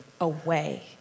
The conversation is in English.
away